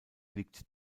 liegt